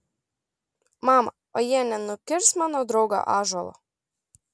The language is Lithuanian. mama o jie nenukirs mano draugo ąžuolo